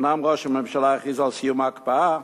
אומנם ראש הממשלה הכריז על סיום ההקפאה,